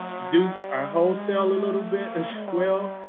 do a wholesale a little bit as well.